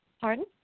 Pardon